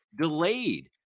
delayed